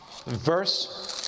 Verse